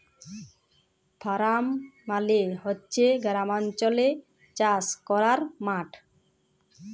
farm মালে হছে গেরামালচলে চাষ ক্যরার মাঠ